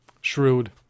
shrewd